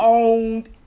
owned